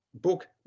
book